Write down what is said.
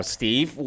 Steve